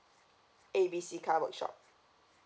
A B C car workshop